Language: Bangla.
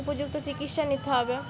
উপযুক্ত চিকিৎসা নিতে হবে